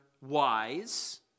wise